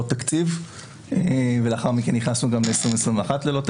תקציב ולאחר מכן נכנסנו גם ללא תקציב